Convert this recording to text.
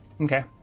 okay